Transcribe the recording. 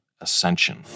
ascension